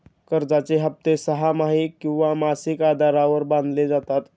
कर्जाचे हप्ते सहामाही किंवा मासिक आधारावर बांधले जातात